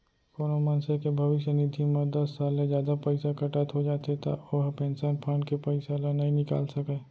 कोनो मनसे के भविस्य निधि म दस साल ले जादा पइसा कटत हो जाथे त ओ ह पेंसन फंड के पइसा ल नइ निकाल सकय